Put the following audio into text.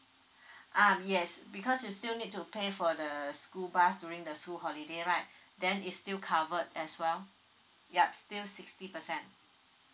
ah yes because you still need to pay for the school bus during the school holiday right then it's still covered as well ya still sixty percent